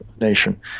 nation